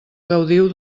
gaudiu